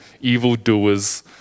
evildoers